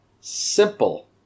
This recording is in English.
simple